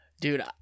Dude